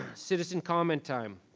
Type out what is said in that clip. citizen comment time.